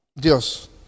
Dios